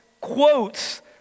quotes